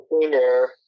senior